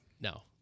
No